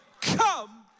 come